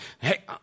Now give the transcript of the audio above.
Hey